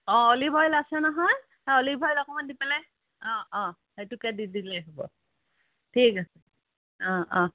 অ' olive oil আছে নহয় সেই অলিভ অইল অকণমান দি পেলাই অ' অ' সেইটোকে দি দিলে হ'ব ঠিক আছে অ' অ'